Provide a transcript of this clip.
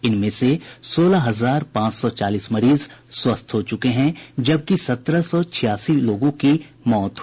इनमें से सोलह हजार पांच सौ चालीस मरीज स्वस्थ हो चुके हैं जबकि सत्रह सौ छियासी लोगों की मृत्यु हुई है